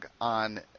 on